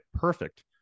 Perfect